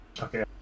Okay